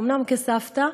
אומנם כסבתא,